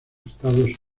estados